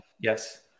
yes